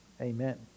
amen